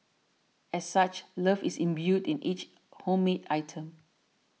as such love is imbued in each homemade item